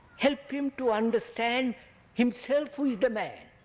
help him to understand himself who is the man.